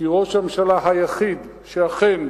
כי ראש הממשלה היחיד שאכן